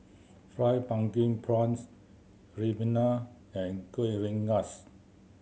Fried Pumpkin Prawns ribena and Kueh Rengas